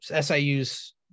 SIU's